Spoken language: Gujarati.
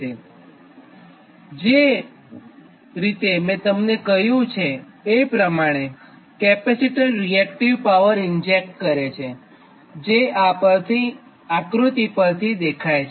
તો જે રીતે મેં તમને કીધું એ પ્રમાણેકેપેસિટર રીએક્ટીવ પાવર ઇન્જેક્ટ કરે છેજે આ આક્રૃતિ પરથી દેખાય છે